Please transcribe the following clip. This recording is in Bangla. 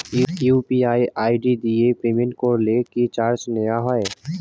ইউ.পি.আই আই.ডি দিয়ে পেমেন্ট করলে কি চার্জ নেয়া হয়?